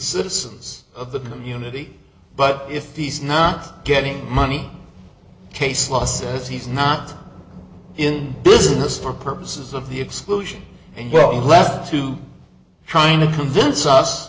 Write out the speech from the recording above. citizens of the community but if he's not getting money case law says he's not in business for purposes of the exclusion and well he left to trying to convince us